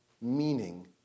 meaning